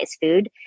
food